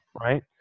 right